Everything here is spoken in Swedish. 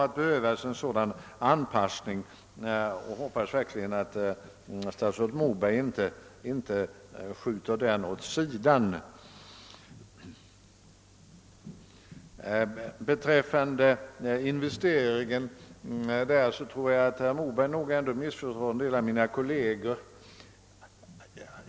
Jag anser att en sådan anpassning avgjort kommer att krävas, och jag hoppas verkligen att statsrådet Moberg inte skjuter denna angelägenhet åt sidan. Beträffande investeringsresonemanget tror jag att herr Moberg nog har missförstått en del av mina kolleger.